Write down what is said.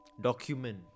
Document